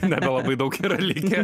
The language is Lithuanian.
nebelabai daug yra likę